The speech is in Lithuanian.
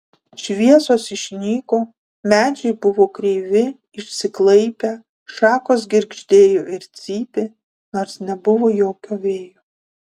šviesos išnyko medžiai buvo kreivi išsiklaipę šakos girgždėjo ir cypė nors nebuvo jokio vėjo